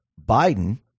Biden